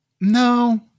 No